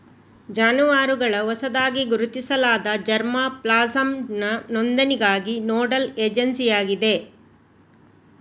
ಜಾನುವಾರುಗಳ ಹೊಸದಾಗಿ ಗುರುತಿಸಲಾದ ಜರ್ಮಾ ಪ್ಲಾಸಂನ ನೋಂದಣಿಗಾಗಿ ನೋಡಲ್ ಏಜೆನ್ಸಿಯಾಗಿದೆ